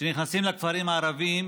כשנכנסים לכפרים הערביים